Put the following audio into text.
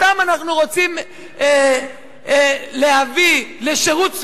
אותן אנחנו רוצים להביא לשירות צבאי,